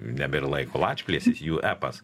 nebėr laiko lačplėsis jų epas